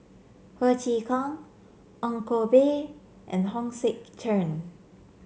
Ho Chee Kong Ong Koh Bee and Hong Sek Chern